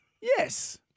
yes